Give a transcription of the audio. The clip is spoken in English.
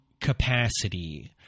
capacity